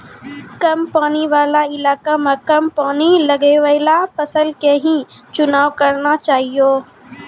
कम पानी वाला इलाका मॅ कम पानी लगैवाला फसल के हीं चुनाव करना चाहियो